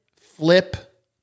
flip